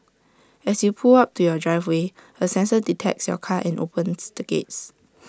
as you pull up to your driveway A sensor detects your car and opens the gates